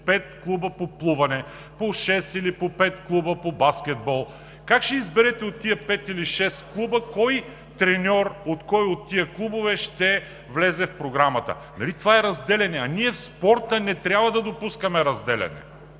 пет клуба по плуване, по шест или по пет клуба по баскетбол? Как ще изберете от тези пет или шест клуба кой треньор ще влезе в програмата? Нали това е разделяне, а ние в спорта не трябва да допускаме разделяне?!